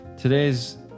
today's